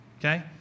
okay